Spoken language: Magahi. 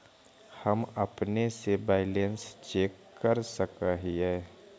हम अपने से बैलेंस चेक कर सक हिए?